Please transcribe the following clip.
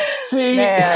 See